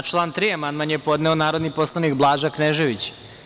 Na član 3. amandman je podneo narodni poslanik Blaža Knežević.